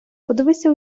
подивися